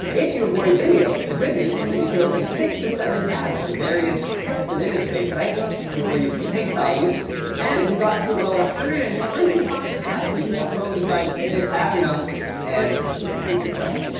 if you avoid video, the good news is that you can open six to seven tabs of various text and image-based sites before you see page file use and we got to about one hundred and twenty five tabs before chrome decided it had had enough and completely pooped itself.